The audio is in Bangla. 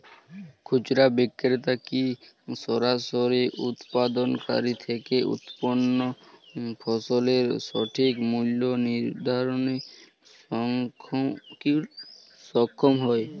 খুচরা বিক্রেতারা কী সরাসরি উৎপাদনকারী থেকে উৎপন্ন ফসলের সঠিক মূল্য নির্ধারণে সক্ষম হয়?